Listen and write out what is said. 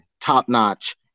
top-notch